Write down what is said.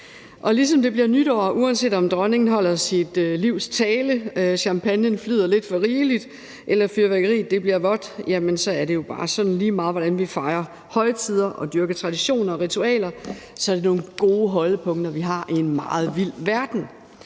På samme måde bliver det nytår. Uanset om dronningen holder sit livs tale, champagnen flyder lidt for rigeligt eller fyrværkeriet bliver vådt, så er det jo bare sådan. Lige meget hvordan vi fejrer højtider og dyrker traditioner og ritualer, er det nogle gode holdepunkter, vi har i en meget vild verden.